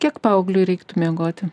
kiek paaugliui reiktų miegoti